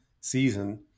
season